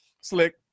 Slick